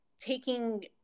taking